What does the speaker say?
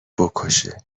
بکشه